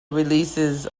releases